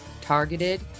targeted